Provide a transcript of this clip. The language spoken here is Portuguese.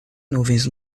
nuvens